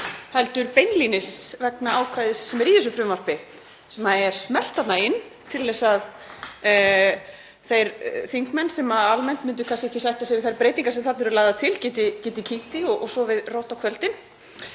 heldur beinlínis, vegna ákvæðis sem er í þessu frumvarpi sem er smellt þarna inn til að þeir þingmenn sem almennt myndu kannski ekki sætta sig við þær breytingar sem þarna eru lagðar til geti kyngt þeim og sofið rótt á kvöldin.